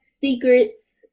secrets